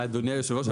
אדוני היושב-ראש,